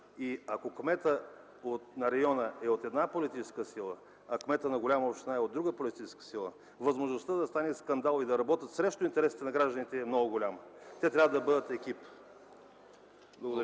Ако кметът на района е от една политическа сила, а кметът на голямата община е от друга политическа сила, възможността да стане скандал и да работят срещу интересите на гражданите е много голяма. Те трябва да бъдат екип!